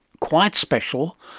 quite special.